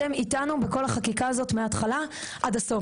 אתם איתנו בכל החקיקה הזאת מההתחלה ועד הסוף,